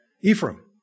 Ephraim